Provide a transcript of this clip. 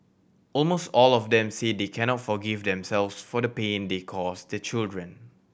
almost all of them say they cannot forgive themselves for the pain they cause their children